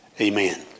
Amen